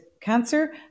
cancer